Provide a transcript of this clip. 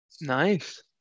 Nice